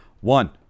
One